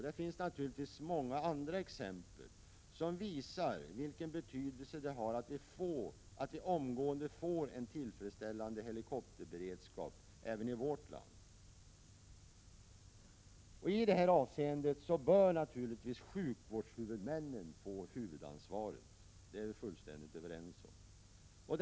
Det finns naturligtvis många andra exempel som visar vilken betydelse det har att vi omgående får en tillfredsställande helikopterberedskap även i vårt land. I det avseendet bör naturligtvis sjukvårdshuvudmännen få huvudansvaret — det är vi fullständigt överens om.